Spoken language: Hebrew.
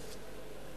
זהו?